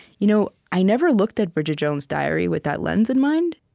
you know i never looked at bridget jones's diary with that lens in mind,